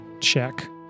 check